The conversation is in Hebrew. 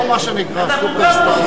אנחנו גם לא נותנים להם,